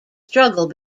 struggle